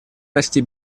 расти